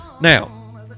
Now